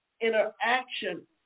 interaction